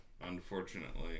unfortunately